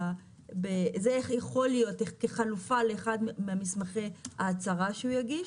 זה יכול להיות כחלופה לאחד ממסמכי ההצהרה שהוא יגיש,